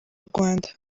rwanda